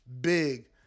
big